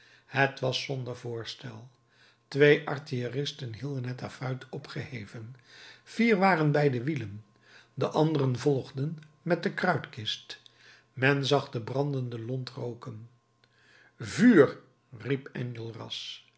het was zonder voorstel twee artilleristen hielden het affuit opgeheven vier waren bij de wielen de anderen volgden met de kruitkist men zag de brandende lont rooken vuur riep enjolras